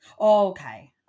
Okay